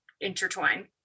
intertwine